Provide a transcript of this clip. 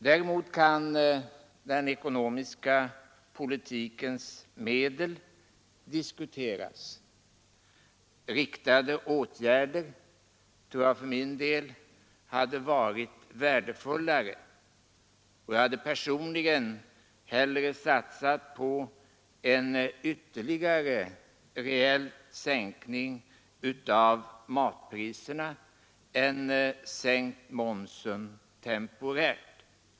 Däremot kan den ekonomiska politikens medel diskuteras. Riktade åtgärder tror jag för min del hade varit värdefullare, och jag hade personligen hellre satsat på en ytterligare reell sänkning av matpriserna än en sänkning temporärt av momsen.